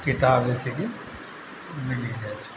किताब जे छै कि मिली जाइ छै